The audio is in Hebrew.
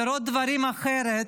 לראות דברים אחרת,